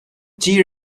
tea